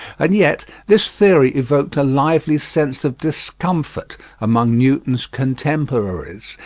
and yet this theory evoked a lively sense of discomfort among newton's contemporaries,